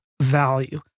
value